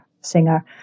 singer